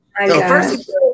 First